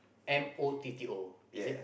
M O T T O is it